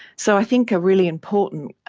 so i think a really important